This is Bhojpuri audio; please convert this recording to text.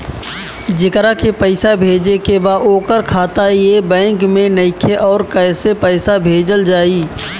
जेकरा के पैसा भेजे के बा ओकर खाता ए बैंक मे नईखे और कैसे पैसा भेजल जायी?